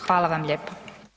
Hvala vam lijepo.